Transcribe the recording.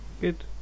good